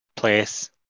place